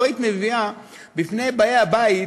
לו היית מביאה בפני באי הבית